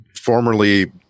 formerly